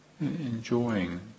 Enjoying